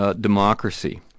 democracy